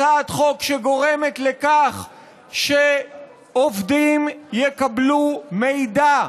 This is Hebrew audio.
הצעת חוק שגורמת לכך שעובדים יקבלו מידע,